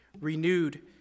renewed